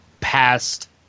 past